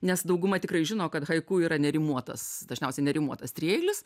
nes dauguma tikrai žino kad haiku yra ne rimuotas dažniausiai nerimuotas trieilis